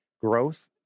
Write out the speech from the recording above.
growth